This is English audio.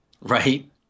Right